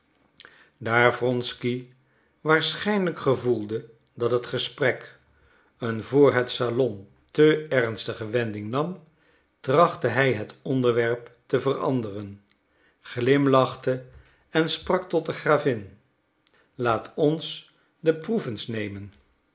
daar wronsky waarschijnlijk gevoelde dat het gesprek een voor het salon te ernstige wending nam trachtte hij het onderwerp te veranderen glimlachte en sprak tot de gravin laat ons de proef eens nemen